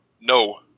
No